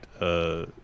right